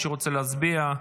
התשפ"ה 2025. מי שרוצה להצביע,